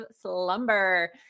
slumber